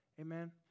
Amen